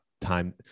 time